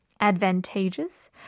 advantageous